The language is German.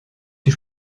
die